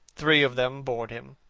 three of them bored him.